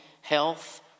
health